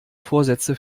vorsätze